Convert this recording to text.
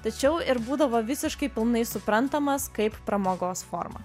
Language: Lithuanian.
tačiau ir būdavo visiškai pilnai suprantamas kaip pramogos forma